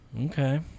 Okay